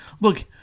Look